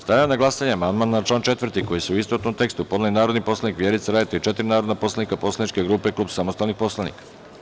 Stavljam na glasanje amandman na član 4. koji su, u istovetnom tekstu, podneli narodni poslanik Vjerica Radeta i četiri narodna poslanika poslaničke grupe Klub samostalnih poslanika.